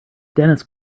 dennis